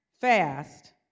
fast